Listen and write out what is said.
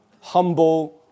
humble